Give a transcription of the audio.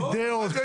אידיאות,